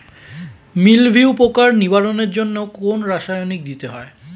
মিলভিউ পোকার নিবারণের জন্য কোন রাসায়নিক দিতে হয়?